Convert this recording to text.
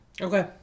Okay